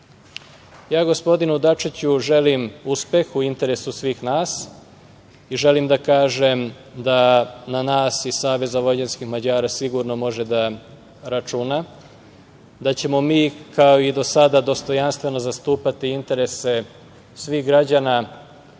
godine. Gospodinu Dačiću želim uspeh u interesu svih nas, i želim da kažem da na nas iz Saveza vojvođanskih Mađara sigurno može da računa, da ćemo mi kao i do sada dostojanstveno zastupati interese svih građana